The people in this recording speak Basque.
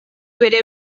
bere